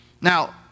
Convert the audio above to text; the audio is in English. Now